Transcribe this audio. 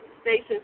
station